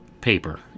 paper